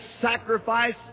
sacrifice